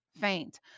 faint